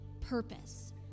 purpose